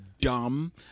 dumb